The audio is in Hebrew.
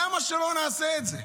למה שלא נעשה את זה?